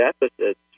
deficits